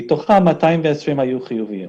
מתוכן 220 היו חיוביים.